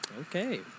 Okay